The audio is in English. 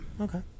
Okay